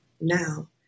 now